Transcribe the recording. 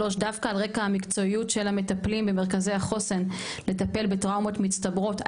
דווקא על רקע המקצועיות של המטפלים במרכזי החוסן לטפל בטראומות מצטברות,